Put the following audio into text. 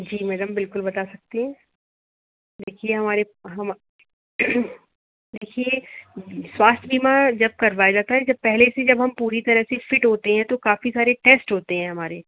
जी madam बिल्कुल बता सकते हैं देखिए हमारे हम देखिए स्वास्थ्य बीमा जब करवाया जाता है जब पहले से जब हम पूरी तरह से फिट होते हैं तो काफ़ी सारे टेस्ट होते हैं हमारे